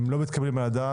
הם לא מתקבלים על הדעת.